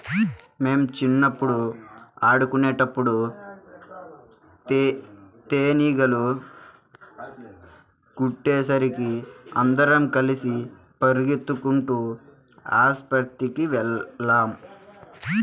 మేం చిన్నప్పుడు ఆడుకునేటప్పుడు తేనీగలు కుట్టేసరికి అందరం కలిసి పెరిగెత్తుకుంటూ ఆస్పత్రికెళ్ళాం